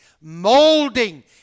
molding